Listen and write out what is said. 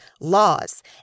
laws